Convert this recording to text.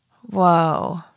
Whoa